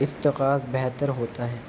ارتقاظ بہتر ہوتا ہے